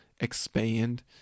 expand